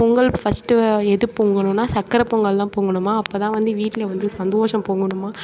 Pongal first எது பொங்கணுன்னால் சக்கரை பொங்கல் தான் பொங்கணுமாம் அப்போதான் வந்து வீட்டில் வந்து சந்தோஷம் பொங்கணுமாம்